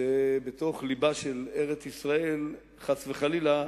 שבתוך לבה של ארץ-ישראל, חס וחלילה,